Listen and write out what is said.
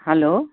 hello